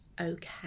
okay